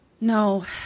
No